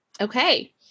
Okay